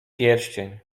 pierścień